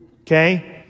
Okay